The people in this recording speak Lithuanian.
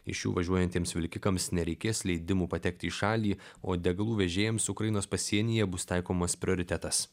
iš jų važiuojantiems vilkikams nereikės leidimų patekti į šalį o degalų vežėjams ukrainos pasienyje bus taikomas prioritetas